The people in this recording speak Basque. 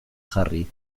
jarri